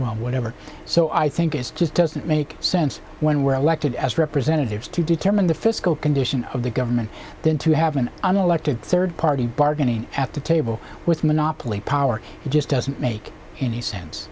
well whatever so i think it's just doesn't make sense when we're elected as representatives to determine the fiscal condition of the government then to have an unelected third party bargaining at the table with monopoly power it just doesn't make any sense